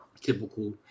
typical